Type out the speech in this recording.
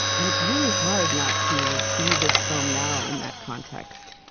and it's really hard not to see this film now in that context.